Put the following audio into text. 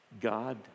God